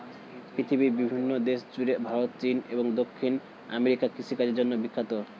পৃথিবীর বিভিন্ন দেশ জুড়ে ভারত, চীন এবং দক্ষিণ আমেরিকা কৃষিকাজের জন্যে বিখ্যাত